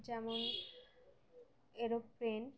যেমন এরোপ্লেন